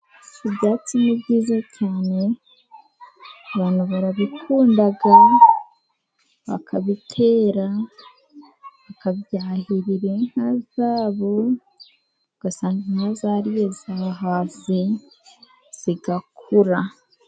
Ibyatsi ni byiza cyane, abantu barabikunda, bakabitera, bakabyahirira inka zabo. Ugasanga zariye zahaze zigakura.